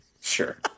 Sure